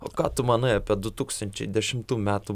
o ką tu manai apie du tūkstančiai dešimtų metų